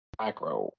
Micro